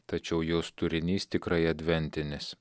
tačiau jos turinys tikrai adventinis